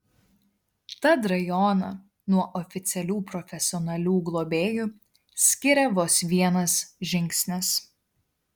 tad rajoną nuo oficialių profesionalių globėjų skiria vos vienas žingsnis